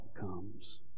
comes